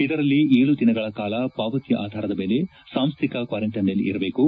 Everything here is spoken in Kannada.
ಇದರಲ್ಲಿ ಏಳು ದಿನಗಳ ಕಾಲ ಪಾವತಿ ಆಧಾರದ ಮೇಲೆ ಸಾಂಸ್ಡಿಕ ಕ್ವಾರಂಟೈನ್ನಲ್ಲಿ ಇರಬೇಕು